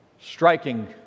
striking